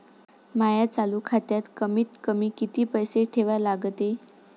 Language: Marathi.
माया चालू खात्यात कमीत कमी किती पैसे ठेवा लागते?